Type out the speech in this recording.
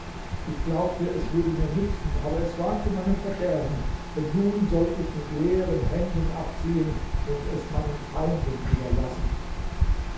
ich glaubte es würde mir nützen aber es war zu meinem verderben denn nun soll ich mit leeren händen abziehen und es meinen feinden überlassen